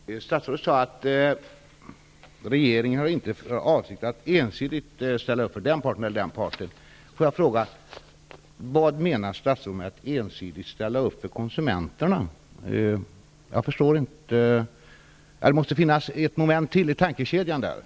Fru talman! Statsrådet sade att regeringen inte har för avsikt att ensidigt ställa upp för den ena eller den andra parten. Men vad menar statsrådet med sitt tal om att ensidigt ställa upp för konsumenterna? Det måste finnas ett moment till i den tankekedjan, statsrådet.